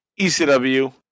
ECW